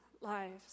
lives